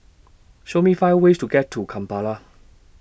Show Me five ways to get to Kampala